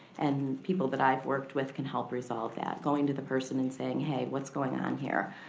and people that i've worked with can help resolve that. going to the person and saying, hey what's going on here.